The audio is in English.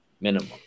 minimum